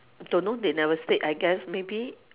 don't know they never state I guess maybe